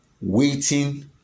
waiting